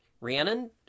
Rhiannon